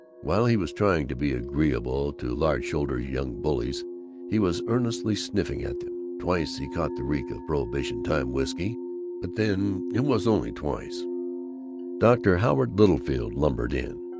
while he was trying to be agreeable to large-shouldered young bullies he was earnestly sniffing at them twice he caught the reek of prohibition-time whisky, but then, it was only twice dr. howard littlefield lumbered in.